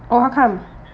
oh how come